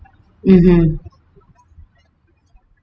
mmhmm